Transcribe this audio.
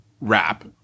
rap